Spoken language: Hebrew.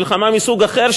מלחמה מסוג אחר,